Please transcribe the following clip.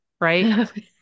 right